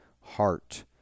heart